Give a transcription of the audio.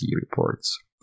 reports